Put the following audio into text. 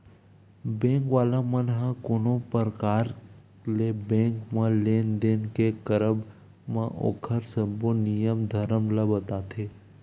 bank वाला मन ह कोनो परकार ले बेंक म लेन देन के करब म ओखर सब्बो नियम धरम ल बताथे